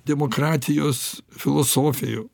demokratijos filosofijų